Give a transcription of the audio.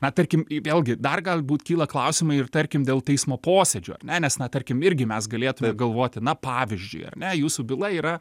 na tarkim vėlgi dar galbūt kyla klausimai ir tarkim dėl teismo posėdžio ar ne nes na tarkim irgi mes galėtume galvoti na pavyzdžiui ar ne jūsų byla yra